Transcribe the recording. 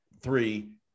three